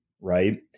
right